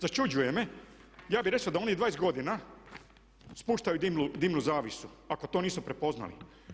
Začuđuje me, ja bih rekao da oni 20 godina spuštaju dimnu zavjesu ako to nisu prepoznali.